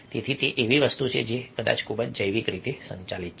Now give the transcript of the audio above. તેથી તે એવી વસ્તુ છે જે કદાચ ખૂબ જ જૈવિક રીતે સંચાલિત છે